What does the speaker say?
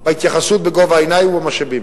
בהתייחסות בגובה העיניים ובמשאבים.